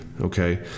Okay